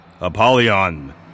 Apollyon